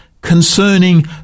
concerning